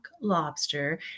lobster